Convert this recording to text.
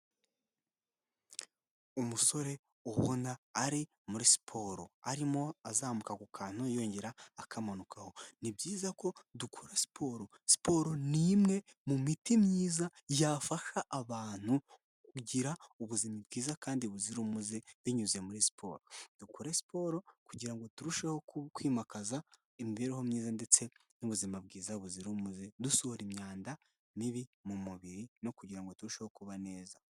umusore ubona ari muri siporo arimo azamuka ku kantu yongera akamanukaho ni byiza ko dukora siporo siporo ni imwe mu miti myiza yafasha abantu kugira ubuzima bwiza kandi buzira umuze binyuze muri siporo dukore siporo kugirango turusheho kwimakaza imibereho myiza ndetse n'ubuzima bwiza buzira umuze dusohora imyanda mibi mu mubiri no kugira ngo turusheho kuba neza.